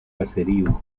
caserío